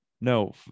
no